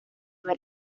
ver